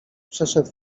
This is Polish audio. przeszedł